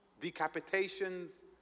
Decapitations